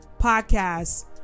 podcast